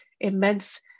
immense